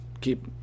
keep